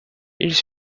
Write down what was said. ils